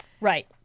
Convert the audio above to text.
Right